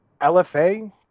LFA